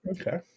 Okay